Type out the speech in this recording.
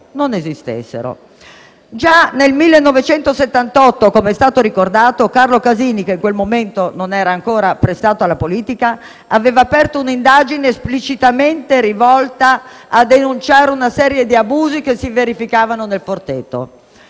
non esistessero. Già nel 1978, come è stato ricordato, Carlo Casini, che in quel momento non era ancora prestato alla politica, aveva aperto un'indagine esplicitamente rivolta a denunciare una serie di abusi che si verificavano nella